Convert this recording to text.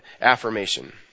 affirmation